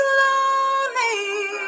lonely